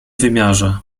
wymiarze